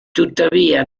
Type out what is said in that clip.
tuttavia